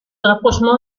rapprochement